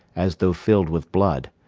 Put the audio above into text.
as though filled with blood.